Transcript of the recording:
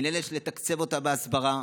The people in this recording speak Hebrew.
מינהלת שנתקצב אותה להסברה.